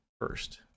first